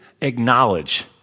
acknowledge